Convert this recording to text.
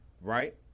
right